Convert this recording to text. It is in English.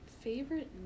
favorite